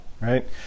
right